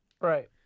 Right